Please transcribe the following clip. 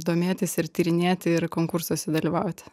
domėtis ir tyrinėti ir konkursuose dalyvauti